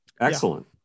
Excellent